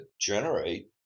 generate